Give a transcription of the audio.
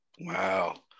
wow